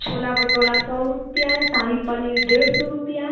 छोला भटोला सौ रुपया है शाही पनीर डेढ़ सौ रुपया